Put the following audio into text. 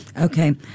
Okay